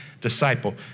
disciple